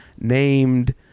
named